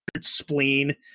spleen